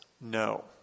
No